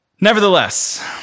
Nevertheless